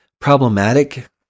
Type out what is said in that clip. problematic